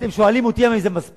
אתם שואלים אותי האם זה מספיק,